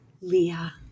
Leah